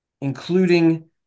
including